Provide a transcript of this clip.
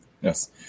Yes